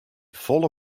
folle